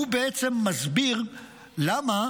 הוא בעצם מסביר למה